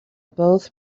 both